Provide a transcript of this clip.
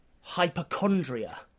hypochondria